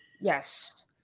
Yes